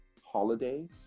holiday